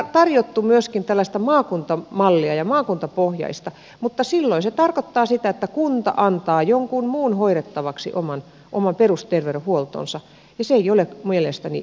täällä on tarjottu myöskin tällaista maakuntamallia ja maakuntapohjaista mallia mutta silloin se tarkoittaa sitä että kunta antaa jonkun muun hoidettavaksi oman perusterveydenhuoltonsa ja se ei ole mielestäni järkevää